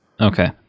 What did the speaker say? Okay